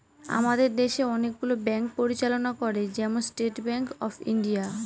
আমাদের দেশে অনেকগুলো ব্যাঙ্ক পরিচালনা করে, যেমন স্টেট ব্যাঙ্ক অফ ইন্ডিয়া